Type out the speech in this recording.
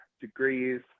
degrees